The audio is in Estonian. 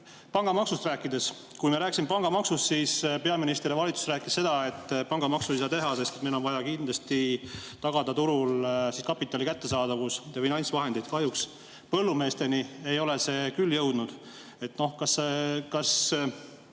tegelikult. Kui me rääkisime pangamaksust, siis peaminister ja valitsus rääkisid seda, et pangamaksu ei saa teha, sest meil on vaja tagada turul kapitali kättesaadavus ja finantsvahendid. Kahjuks põllumeesteni ei ole see küll jõudnud.